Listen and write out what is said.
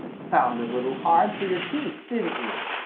found it a little hard for your teeth, didn't you?